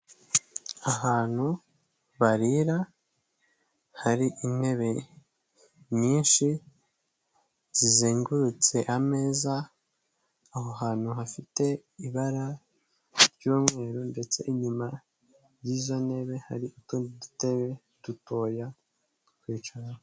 Ahantu barira hari intebe nyinshi zizengurutse ameza aho hantu hafite ibara ry'umweru ndetse inyuma y'izo ntebe hari utundi dutebe dutoya twicaraho.